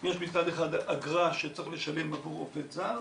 יש מצד אחד אגרה שצריך לשלם עבור עובד זר,